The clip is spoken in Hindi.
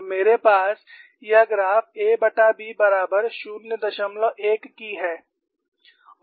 तो मेरे पास यह ग्राफ aB बराबर 01 की है